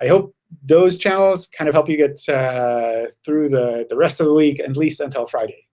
i hope those channels kind of help you get through the the rest of the week, at and least until friday.